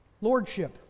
lordship